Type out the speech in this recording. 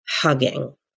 hugging